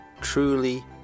truly